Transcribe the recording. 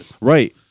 Right